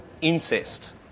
incest